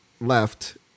left